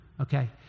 okay